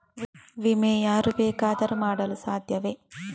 ವಿಮೆ ಯಾರು ಬೇಕಾದರೂ ಮಾಡಲು ಸಾಧ್ಯವೇ?